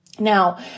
Now